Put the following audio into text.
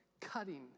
cutting